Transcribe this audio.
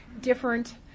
different